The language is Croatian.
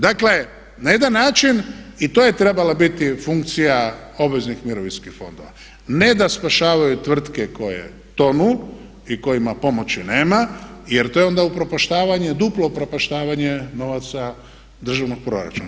Dakle, na jedan način i to je trebala biti funkcija obveznih mirovinskih fondova ne da spašavaju tvrtke koje tonu i kojima pomoći nema, jer to je onda upropaštavanje duplo upropaštavanje novaca državnog proračuna.